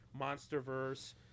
MonsterVerse